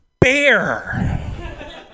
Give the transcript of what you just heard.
bear